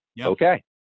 Okay